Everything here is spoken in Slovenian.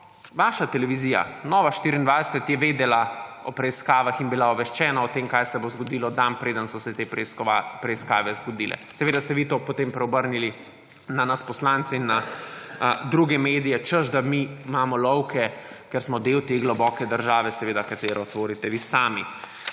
vaša televizija, Nova24, je vedela o preiskavah in bila obveščena o tem, kaj se bo zgodilo, dan prej, preden so se te preiskave zgodile. Seveda, ste vi to potem preobrnili na nas poslance in na druge medije, češ da mi imamo lovke, ker smo del te globoke države, seveda, katero tvorite vi sami.